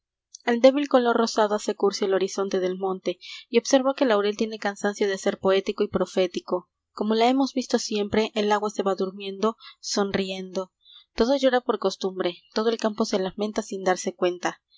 el débil color rosado hace cursi el horizonte del monte y observo que el laurel tiene cansancio de ser poético y profético como la hemos visto siempre el agua se va durmiendo sonriyejido todo llora por costumbre todo el campo se lamenta sin darse cuenta